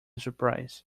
surprise